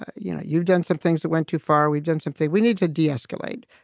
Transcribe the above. you know, you've done some things that went too far, we've done something we need to de-escalate.